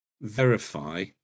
verify